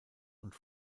und